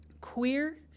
queer